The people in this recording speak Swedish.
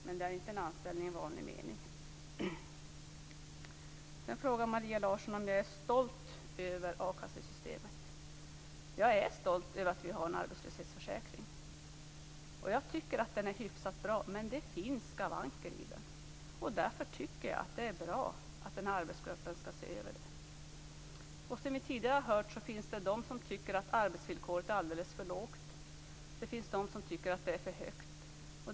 Men det är inte en anställning i vanlig mening. Sedan frågar Maria Larsson om jag är stolt över akassesystemet. Jag är stolt över att vi har en arbetslöshetsförsäkring, och jag tycker att den är hyfsat bra. Men det finns skavanker i den. Därför tycker jag att det är bra att arbetsgruppen skall se över den. Som vi tidigare har hört finns det de som tycker att arbetsvillkoret är alldeles för lågt. Det finns de som tycker att det är för högt.